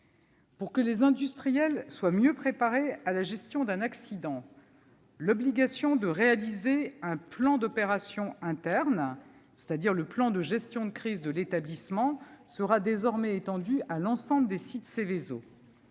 Pour que les industriels soient mieux préparés à la gestion d'un accident, l'obligation de réaliser un plan d'opération interne, c'est-à-dire un plan de gestion de crise interne à l'établissement, sera désormais étendue à l'ensemble des sites Seveso.